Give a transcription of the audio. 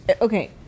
okay